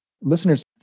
listeners